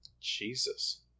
Jesus